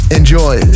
enjoy